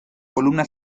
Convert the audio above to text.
columna